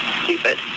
stupid